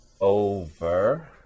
over